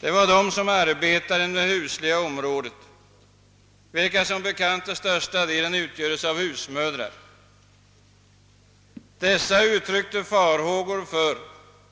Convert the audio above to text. Det var de som arbetar på det husliga området, d. v. s. främst husmödrarna. Dessa uttryckte farhågor för